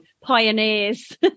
pioneers